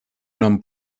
nom